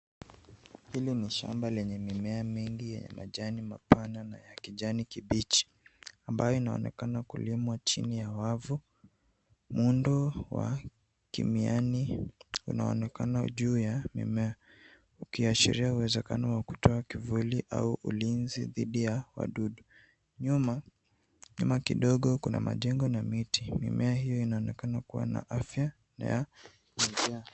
Hili ni shamba lenye mimea mingi yenye majani mapana na ya kijani kibichi ambayo inaonekana kulimwa chini ya wavu. Muundo wa kimiani unaonekana juu ya mimea ukiashiria uwezekano wa kutoa kivuli au ulinzi dhidi ya wadudu. Nyuma kidogo kuna majengo na miti. Mimea hiyo inaonekana kuwa na afya na yamejaa.